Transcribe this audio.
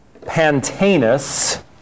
pantanus